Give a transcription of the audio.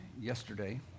yesterday